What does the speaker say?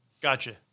Gotcha